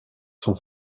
sont